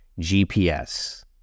GPS